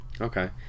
okay